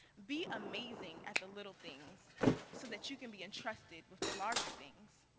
be amazing at the little things so that you can be entrusted with the larger things.